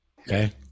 Okay